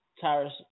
Tyrus